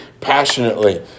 passionately